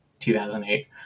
2008